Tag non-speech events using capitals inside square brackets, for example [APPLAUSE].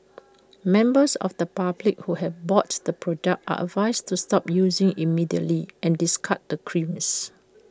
members of the public who have bought [UNINTELLIGIBLE] the product are advised to stop using IT immediately and discard the creams